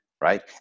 right